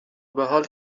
بحال